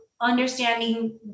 understanding